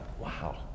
wow